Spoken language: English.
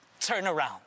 turnaround